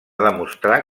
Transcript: demostrar